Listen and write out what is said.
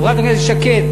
חברת הכנסת שקד,